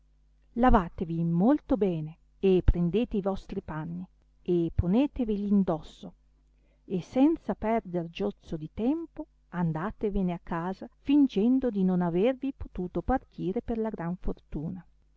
lavatevi molto bene e prendete i vostri panni e ponetevegli in dosso e senza perder giozzo di tempo andatevene a casa fingendo di non avervi potuto partire per la gran fortuna